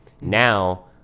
now